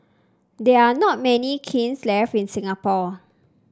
there are not many kilns left in Singapore